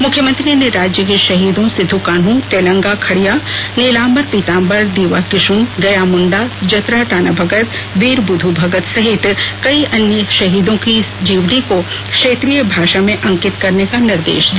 मुख्यमंत्री ने राज्य के शहीदों सिद्दोकान्हू तेलंगा खड़िया नीलाम्बर पीताम्बर दिवा किशुन गया मुंडा जतरा टाना भगत वीर बुध्य भगत सहित कई अन्य शहीदों की जीवनी को क्षेत्रीय भाषा में भी अंकित करने का निर्देश दिया